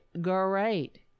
great